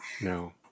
No